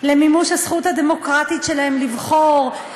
למימוש הזכות הדמוקרטית שלהם לבחור,